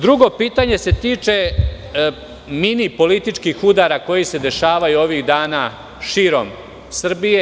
Drugo pitanje se tiče mini političkih udara koji se dešavaju ovih dana širom Srbije.